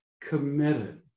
committed